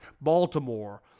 Baltimore